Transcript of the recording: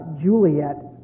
Juliet